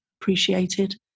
appreciated